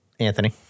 Anthony